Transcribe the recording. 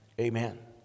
Amen